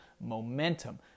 momentum